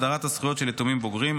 הסדרת הזכויות של יתומים בוגרים),